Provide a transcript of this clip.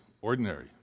ordinary